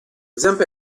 zampe